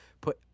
put